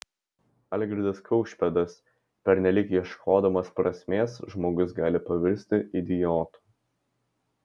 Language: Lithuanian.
algirdas kaušpėdas pernelyg ieškodamas prasmės žmogus gali pavirsti idiotu